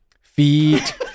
Feet